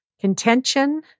contention